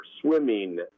swimming